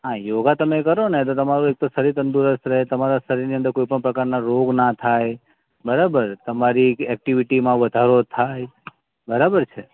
હા યોગા તમે કરો ને તો તમારું એક તો શરીર તંદુરસ્ત રહે તમારા શરીરની અંદર કોઈ પણ પ્રકારના રોગ ન થાય બરાબર તમારી એક્ટિવિટીમાં વધારો થાય બરાબર છે